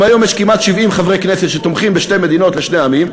אם היום יש כמעט 70 חברי כנסת שתומכים בשתי מדינות לשני עמים,